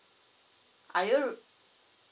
are you